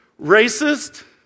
racist